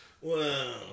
Wow